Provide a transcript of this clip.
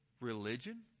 Religion